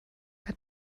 hat